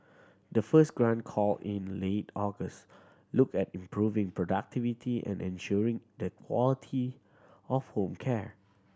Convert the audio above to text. the first grant call in late August looked at improving productivity and ensuring the quality of home care